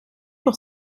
pour